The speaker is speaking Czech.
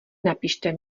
napište